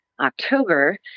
October